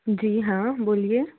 जी हाँ बोलिए